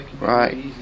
Right